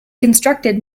constructed